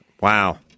Wow